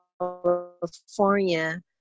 California